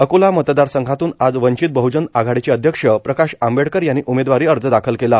अकोला मतदार संघातून आज वंचित बह्जन आघाडीचे अध्यक्ष प्रकाश आंबेडकर यांनी उमेदवारी अर्ज दाखल केला